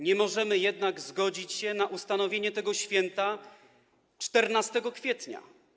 Nie możemy jednak zgodzić się na ustanowienie tego święta 14 kwietnia.